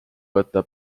võtta